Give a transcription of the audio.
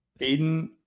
Aiden